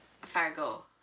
Fargo